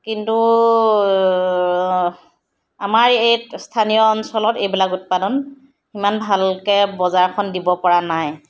কিন্তু আমাৰ এই স্থানীয় অঞ্চলত এইবিলাক উৎপাদন সিমান ভালকৈ বজাৰখন দিব পৰা নাই